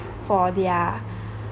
for their